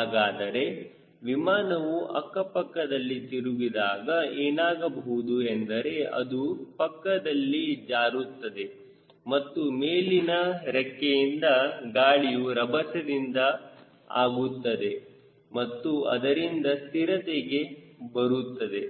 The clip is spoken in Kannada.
ಹಾಗಾದರೆ ವಿಮಾನವು ಅಕ್ಕಪಕ್ಕದಲ್ಲಿ ತಿರುಗಿದಾಗ ಏನಾಗಬಹುದು ಅಂದರೆ ಅದು ಪಕ್ಕದಲ್ಲಿ ಜಾರುತ್ತದೆ ಮತ್ತು ಮೇಲಿನ ರೆಕ್ಕೆಯಿಂದ ಗಾಳಿಯು ರಭಸದಿಂದ ಆಗುತ್ತದೆ ಮತ್ತು ಅದರಿಂದ ಸ್ಥಿರತೆಗೆ ಬರುತ್ತದೆ